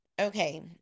okay